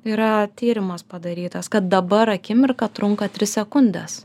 yra tyrimas padarytas kad dabar akimirka trunka tris sekundes